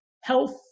Health